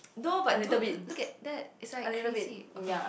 no but dude look look at that it's like crazy okay okay